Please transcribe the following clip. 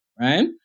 right